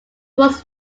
was